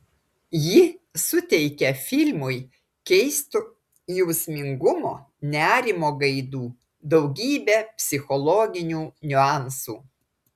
ji suteikia filmui keisto jausmingumo nerimo gaidų daugybę psichologinių niuansų